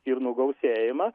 stirnų gausėjimą